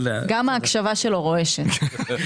גם ההקשבה שלו רועשת.